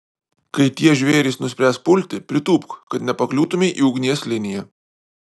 kai tie žvėrys nuspręs pulti pritūpk kad nepakliūtumei į ugnies liniją